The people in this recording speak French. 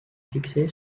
fixée